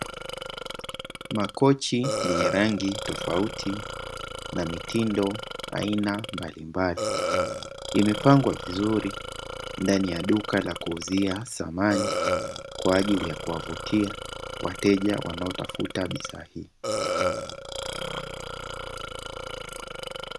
Makochi yenye rangi tofauti na mitindo aina mbalimbali, imepangwa vizuri ndani ya duka la kuuzia samani kwa ajili ya kuwavutia wateja wanaotafuta bidhaa hiyo.